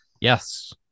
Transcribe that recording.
Yes